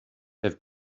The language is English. have